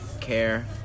care